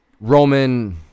Roman